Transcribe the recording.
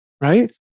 right